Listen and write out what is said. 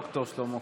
ד"ר שלמה קרעי.